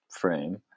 frame